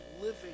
living